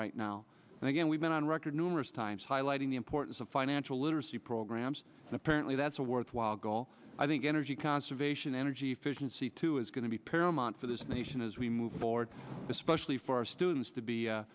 right now and again we've been on record numerous times highlighting the importance of financial literacy programs and apparently that's a worthwhile goal i think energy conservation energy efficiency too is going to be paramount for this nation as we move forward especially for our students to